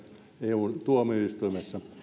eun tuomioistuimessa